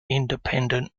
independent